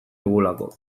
dugulako